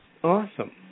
Awesome